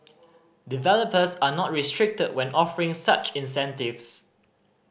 developers are not restricted when offering such incentives